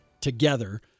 together